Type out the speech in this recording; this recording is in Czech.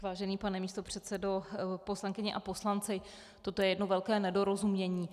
Vážený pane místopředsedo, poslankyně a poslanci, toto je jedno velké nedorozumění.